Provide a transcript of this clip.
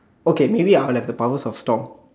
okay maybe I will have the powers of Tom